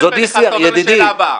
אז אתה עובר לשאלה הבאה.